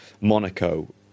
Monaco